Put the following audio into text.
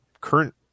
current